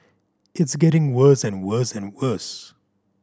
it's getting worse and worse and worse